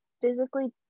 physically